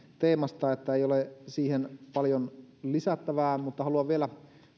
teemasta että ei ole siihen paljon lisättävää mutta haluan vielä